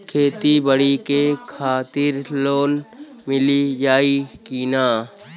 खेती बाडी के खातिर लोन मिल जाई किना?